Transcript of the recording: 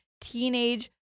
teenage